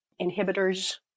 inhibitors